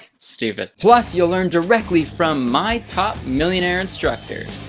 stupid. plus you'll learn directly from my top millionaire instructors.